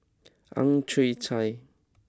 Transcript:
Ang Chwee Chai